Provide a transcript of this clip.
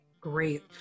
Great